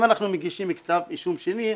אם אנחנו מגישים כתב אישום שני,